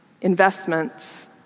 investments